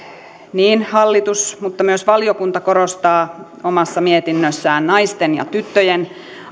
niin hallitus kuin myös valiokunta omassa mietinnössään korostaa naisten ja tyttöjen